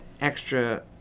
extra